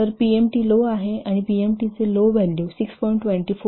तर PMAT low आहे आणि पीएमएटी चे लो व्हॅल्यू 6